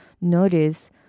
notice